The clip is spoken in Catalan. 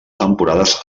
temporades